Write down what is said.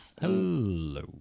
hello